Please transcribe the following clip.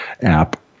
app